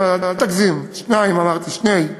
שני, אל תגזים, שניים אמרתי, שני.